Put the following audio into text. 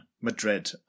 Madrid